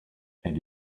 elle